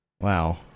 Wow